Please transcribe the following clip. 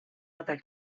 other